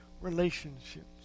relationships